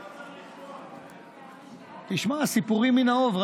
לא צריך לסבול, תשמע, סיפורים באוב.